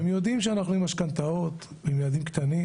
הרי הם יודעים שאנחנו עם משכנתאות ועם ילדים קטנים.